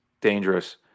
Dangerous